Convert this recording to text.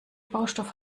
baustoff